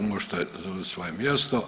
Možete zauzeti svoje mjesto.